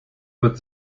wird